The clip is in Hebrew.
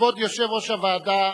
כבוד יושב-ראש הוועדה,